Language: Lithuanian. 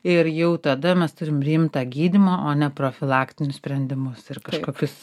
ir jau tada mes turim rimtą gydymą o ne profilaktinius sprendimus ir kažkokius